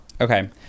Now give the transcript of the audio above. Okay